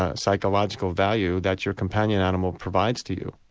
ah psychological value that your companion animal provides to you.